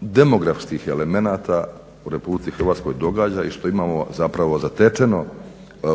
demografskih elemenata u RH događa i što imamo zapravo zatečeno